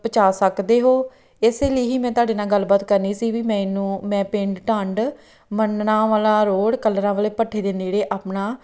ਪਹੁੰਚਾ ਸਕਦੇ ਹੋ ਇਸ ਲਈ ਹੀ ਮੈਂ ਤੁਹਾਡੇ ਨਾਲ ਗੱਲਬਾਤ ਕਰਨੀ ਸੀ ਵੀ ਮੈਨੂੰ ਮੈਂ ਪਿੰਡ ਢੰਡ ਮੰਨਣਾਵਾਲਾ ਰੋਡ ਕਲਰਾਂ ਵਾਲੇ ਭੱਠੇ ਦੇ ਨੇੜੇ ਆਪਣਾ